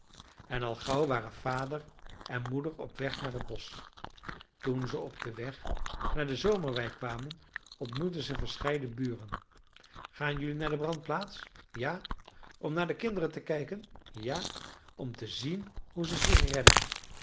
en al gauw waren vader en moeder op weg naar t bosch toen ze op den weg naar de zomerwei kwamen ontmoetten ze verscheiden buren gaan jelui naar de brandplaats ja om naar de kinderen te kijken ja om te zien hoe ze zich redden